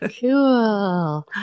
Cool